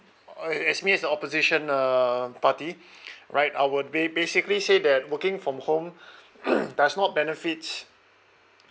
uh as me as the opposition uh party right I would ba~ basically say that working from home does not benefits